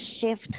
shift